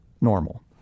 normal